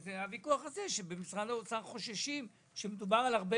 זה שבמשרד האוצר חוששים שיהיה מדובר על הרבה